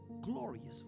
gloriously